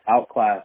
outclass